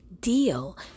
deal